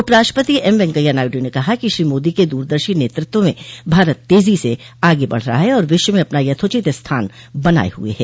उपराष्ट्रपति एमवैंकैया नायडू ने कहा है कि श्री मोदी के दूरदर्शी नेतृत्व में भारत तेजी से आगे बढ़ रहा है और विश्व में अपना यथोचित स्थान बनाए हुए है